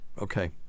Okay